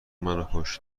منوکشت